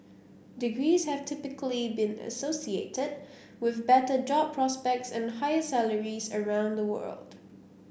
degrees have typically been associated with better job prospects and higher salaries around the world